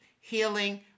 healing